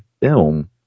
film